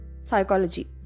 psychology